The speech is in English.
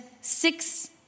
six